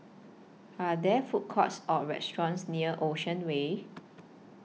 Are There Food Courts Or restaurants near Ocean Way